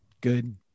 Good